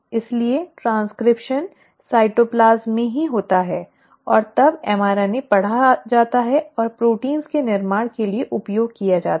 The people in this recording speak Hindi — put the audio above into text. इसलिए ट्रैन्स्क्रिप्शन साइटोप्लाज्म में ही होता है और तब mRNA पढ़ा जाता है और प्रोटीन के निर्माण के लिए उपयोग किया जाता है